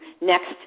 next